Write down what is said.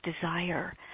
desire